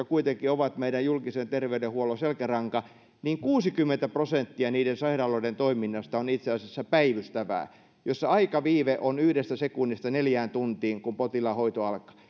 kuitenkin ovat meidän julkisen terveydenhuollon selkäranka niin kuusikymmentä prosenttia niiden sairaaloiden toiminnasta on itse asiassa päivystävää jossa aikaviive on yhdestä sekunnista neljään tuntiin kun potilaan hoito alkaa